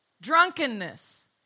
drunkenness